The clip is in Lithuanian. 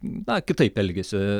na kitaip elgiasi